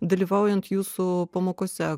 dalyvaujant jūsų pamokose